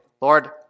Lord